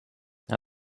now